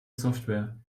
software